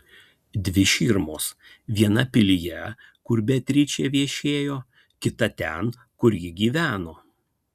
dvi širmos viena pilyje kur beatričė viešėjo kita ten kur ji gyveno